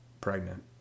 pregnant